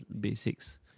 basics